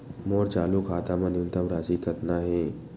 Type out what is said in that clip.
मोर चालू खाता मा न्यूनतम राशि कतना हे?